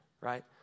right